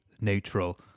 neutral